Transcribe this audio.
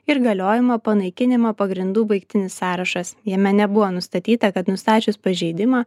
ir galiojimo panaikinimo pagrindų baigtinis sąrašas jame nebuvo nustatyta kad nustačius pažeidimą